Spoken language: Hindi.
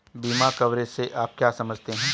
बीमा कवरेज से आप क्या समझते हैं?